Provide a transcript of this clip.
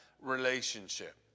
relationship